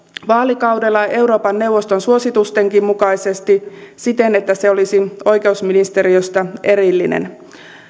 vaalikaudella euroopan neuvoston suositustenkin mukaisesti siten että se olisi oikeusministeriöstä erillinen